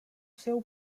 seu